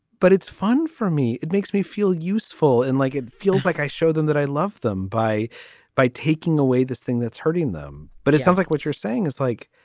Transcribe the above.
but it's fun for me. it makes me feel useful and like it feels like i show them that i love them by by taking away this thing that's hurting them. but it sounds like what you're saying is like,